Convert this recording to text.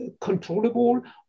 controllable